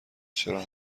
چرا